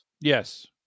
Yes